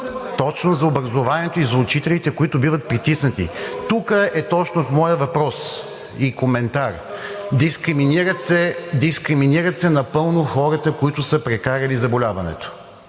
Точно за образованието и за учителите, които биват притиснати. Тук е точно моят въпрос и коментар: дискриминират се напълно хората, които са прекарали заболяването.